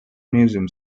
museum